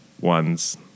ones